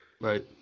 Right